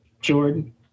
Jordan